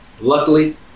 Luckily